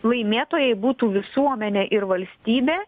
laimėtojai būtų visuomenė ir valstybė